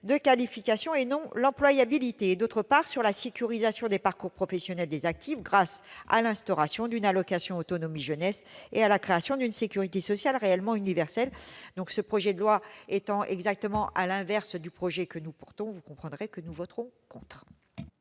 de qualifications et non l'employabilité, et, d'autre part, sur la sécurisation des parcours professionnels des actifs, grâce à l'instauration d'une allocation autonomie jeunesse et à la création d'une sécurité sociale réellement universelle. Ce texte étant l'exact opposé du projet que nous avons défendu, nous voterons contre.